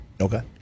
Okay